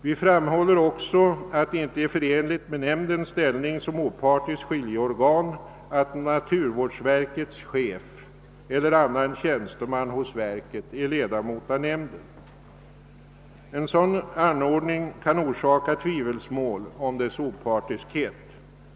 Vi framhåller också att det inte är förenligt med nämndens ställning som opartiskt skiljeorgan att naturvårdsverkets chef eller annan tjänsteman hos verket är ledamot av nämnden. En sådan anordning kan orsaka tvivel på dess opartiskhet.